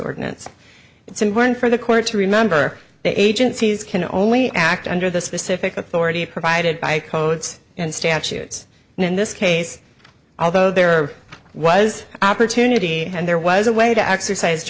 ordinance it's important for the court to remember that agencies can only act under the specific authority provided by codes instantiates and in this case although there was opportunity and there was a way to exercise